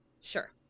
Sure